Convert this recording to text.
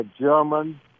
German